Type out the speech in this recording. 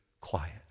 quiet